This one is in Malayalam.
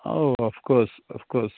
oh of course of course